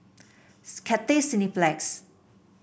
Cathay Cineplex